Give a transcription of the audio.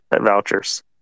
vouchers